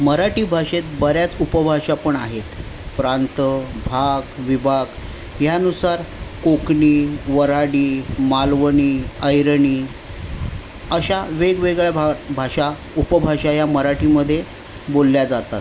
मराठी भाषेत बऱ्याच उपभाषा पण आहेत प्रांत भाग विभाग ह्यानुसार कोकणी वऱ्हाडी मालवणी ऐरणी अशा वेगवेगळ्या भा भाषा उपभाषा या मराठीमधे बोलल्या जातात